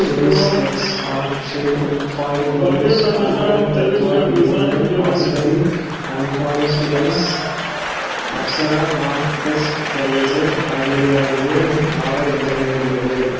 cherish X heart shaped foil balloons organic Tattva biryani basmati unpolished rice Apsara non dust eraser ஆகியவை அடங்கிய என் order எந்த நிலையில் உள்ளது